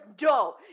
no